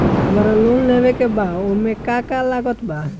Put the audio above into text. हमरा लोन लेवे के बा ओमे का का लागत बा?